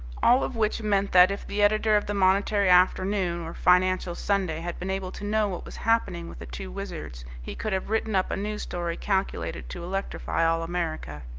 all of which meant that if the editor of the monetary afternoon or financial sunday had been able to know what was happening with the two wizards, he could have written up a news story calculated to electrify all america.